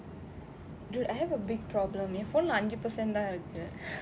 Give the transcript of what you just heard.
I have a big problem என்:en phone lah அஞ்சு:anju percent தான்இருக்கு:than iruku